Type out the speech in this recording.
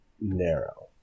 narrow